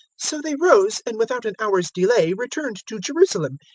so they rose and without an hour's delay returned to jerusalem,